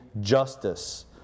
Justice